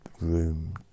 room